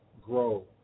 grow